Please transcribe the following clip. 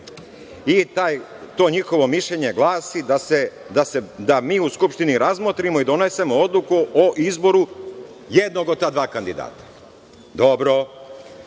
i to njihovo mišljenje glasi da mi u Skupštini razmotrimo i donesemo odluku o izboru jednog od ta dva kandidata, ali